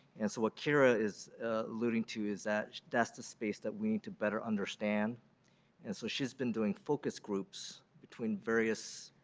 and so what kira is alluding to is that that's the space that we to better understand and so she's been doing focus groups between various